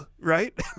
right